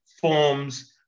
forms